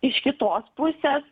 iš kitos pusės